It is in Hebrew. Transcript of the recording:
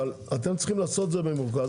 אבל אתם צריכים לעשות את זה במרוכז,